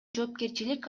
жоопкерчилик